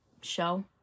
show